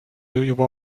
juba